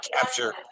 capture